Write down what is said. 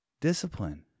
discipline